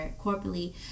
corporately